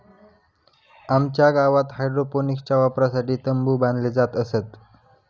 आमच्या गावात हायड्रोपोनिक्सच्या वापरासाठी तंबु बांधले जात असत